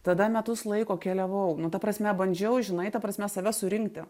tada metus laiko keliavau nu ta prasme bandžiau žinai ta prasme save surinkti